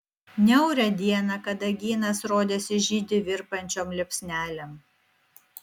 niaurią dieną kadagynas rodėsi žydi virpančiom liepsnelėm